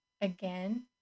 again